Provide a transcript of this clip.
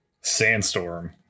sandstorm